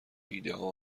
ایدهها